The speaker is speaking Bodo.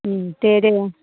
दे दे